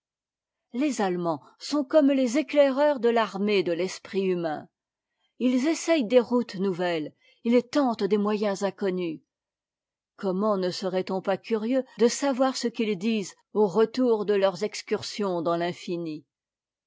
les allemands sont comme les éclaireurs de t'armée de l'esprit humain ils essayent des routes nouve es ils tentent des moyens inconnus comment ne serait-on pas curieux de savoir ce qu'ils disent au retour de leurs excursions dans l'infini